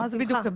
מה זה כולל?